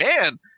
man